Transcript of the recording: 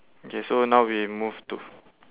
okay so now we move to